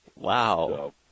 Wow